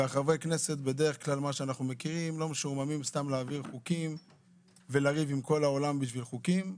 חברי הכנסת לא סתם מעבירים חוקים ורבים עם כל העולם בשביל חוקים,